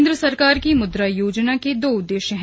केंद्र सरकार की मुद्रा योजना के दो उद्देश्य हैं